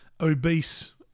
obese